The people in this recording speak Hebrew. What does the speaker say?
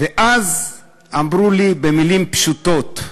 ואז אמרו לי במילים פשוטות: